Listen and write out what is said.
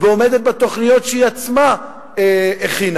ועומדת בתוכניות שהיא עצמה הכינה.